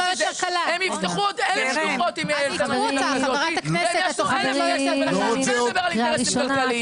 הם יפתחו עוד 1,000 שלוחות אם -- לא רוצה יותר קל,